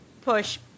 Push